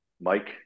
Mike